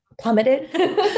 plummeted